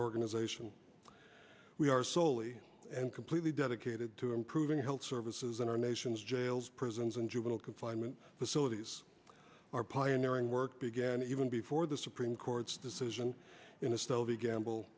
organization we are slowly and completely dedicated to improving health services in our nation's jails prisons and juvenile confinement facilities are pioneering work began even before the supreme court's decision in a stove a gamble